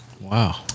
Wow